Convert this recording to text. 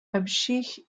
общих